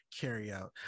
carryout